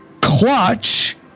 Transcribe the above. Clutch